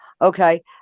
okay